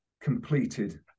completed